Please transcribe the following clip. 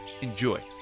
Enjoy